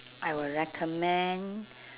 I will recommend